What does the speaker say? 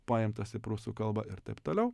paimtas į prūsų kalbą ir taip toliau